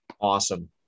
Awesome